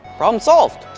problem solved!